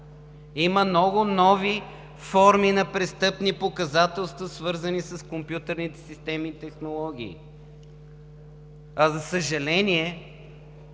Има много нови форми на престъпни посегателства, свързани с компютърните системи и технологии. За съжаление,